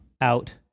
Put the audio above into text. out